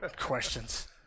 questions